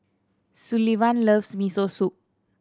Sullivan loves Miso Soup